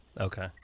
Okay